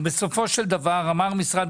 בסופו של דבר אמר משרד